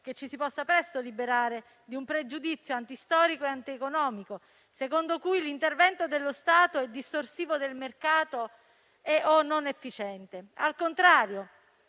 che ci si possa presto liberare di un pregiudizio antistorico e antieconomico, secondo cui l'intervento dello Stato è distorsivo del mercato o non efficiente. Al contrario,